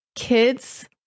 Kids